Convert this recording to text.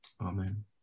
Amen